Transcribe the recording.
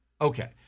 Okay